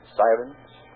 sirens